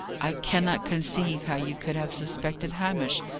i cannot conceive how you could have suspected hamish!